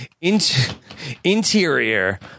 interior